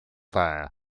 dda